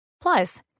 plus